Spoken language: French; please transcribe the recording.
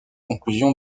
conclusion